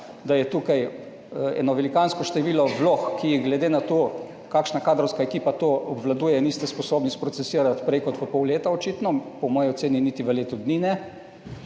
da je tukaj eno velikansko število vlog, ki jih glede na to, kakšna kadrovska ekipa to obvladuje, niste sposobni sprocesirati prej kot v pol leta, očitno, po moji oceni niti v letu dni ne,